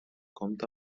compta